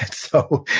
so,